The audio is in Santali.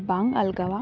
ᱵᱟᱝ ᱟᱞᱜᱟᱣᱟ